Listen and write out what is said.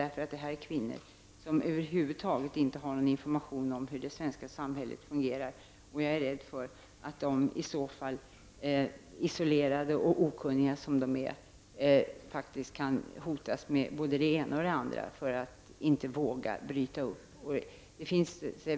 Det här är kvinnor som över huvud taget inte har någon information om hur det svenska samhället fungerar. Jag är rädd för att de i så fall, isolerade och okunniga som de är, faktiskt kan hotas med både det ena och det andra och inte vågar bryta upp.